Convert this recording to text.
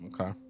Okay